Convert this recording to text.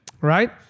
Right